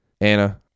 Anna